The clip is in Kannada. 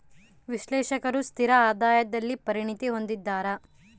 ವಿಶ್ಲೇಷಕರು ಸ್ಥಿರ ಆದಾಯದಲ್ಲಿ ಪರಿಣತಿ ಹೊಂದಿದ್ದಾರ